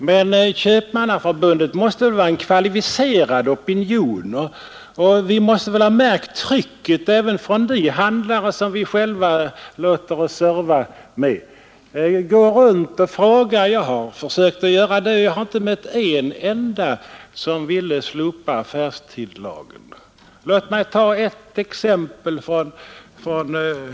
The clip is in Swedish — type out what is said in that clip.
Men Köpmannaförbundet måste väl representera en kvalificerad opinion, och vi måste väl ha märkt trycket även från de handlare som vi själva låter oss servas av. Gå runt och fråga! Jag har försökt göra det, och jag har inte mött en enda som ville slopa affärstidslagen. Låt mig ta ett exempel från hopen.